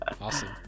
awesome